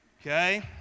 Okay